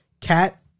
Cat